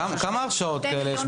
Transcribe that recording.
כמה הרשעות כאלה יש